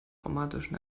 traumatischen